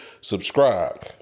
subscribe